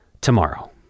tomorrow